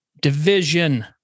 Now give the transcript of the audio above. division